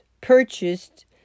purchased